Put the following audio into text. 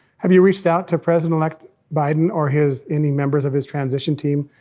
have you reached out to president-elect biden or his, any members of his transition team,